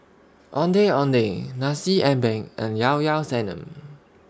Ondeh Ondeh Nasi Ambeng and Llao Llao Sanum